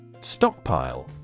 Stockpile